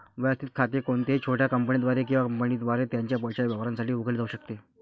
वैयक्तिक खाते कोणत्याही छोट्या कंपनीद्वारे किंवा कंपनीद्वारे त्याच्या पैशाच्या व्यवहारांसाठी उघडले जाऊ शकते